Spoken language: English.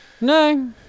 No